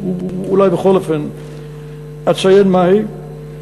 אולי בכל אופן אציין מהי.